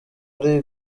ari